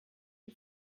für